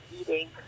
eating